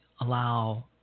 allow